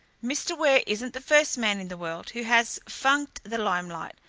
mr. ware isn't the first man in the world who has funked the limelight,